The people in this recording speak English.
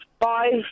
five